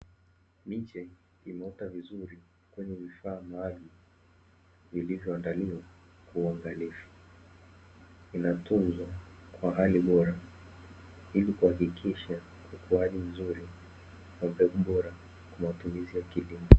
Miche imeota vizuri kwenye vifaa maalumu vilivyoandaliwa kwa uangalifu, inatunzwa kwa hali bora ili kuhakiksha ukuaji mzuri wa mbegu bora kwa matumizi ya kilimo.